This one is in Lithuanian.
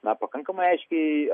na pakankamai aiškiai